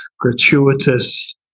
gratuitous